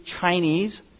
Chinese